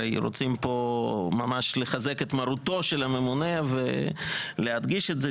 הרי רוצים פה ממש לחזק את מרותו של הממונה ולהדגיש את זה.